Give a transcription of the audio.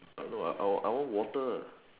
err no I I want I want water